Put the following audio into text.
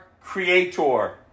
creator